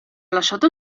lasciato